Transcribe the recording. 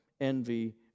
envy